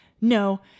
no